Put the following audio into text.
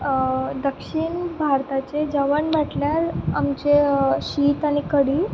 दक्षिण भारताचें जेवण म्हटल्यार आमचें शीत आनी कडी